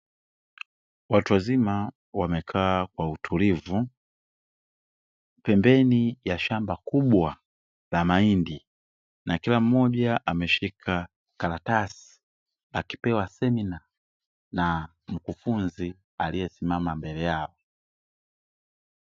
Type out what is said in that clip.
Watu wazima wamekaa kwa utulivu pembeni ya shamba kubwa la mahindi na kila mmoja ameshika karatasi, akipewa semina na mkufunzi aliyesimama mbele yao.